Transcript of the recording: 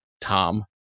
Tom